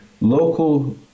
local